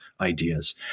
ideas